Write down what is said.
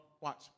Watch